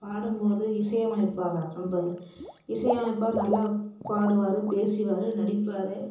பாடும்போது இசை அமைப்பாளர் நம்ப இசையமைப்பார் நல்லா பாடுவார் பேசிவார் நடிப்பார்